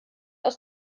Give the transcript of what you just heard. aus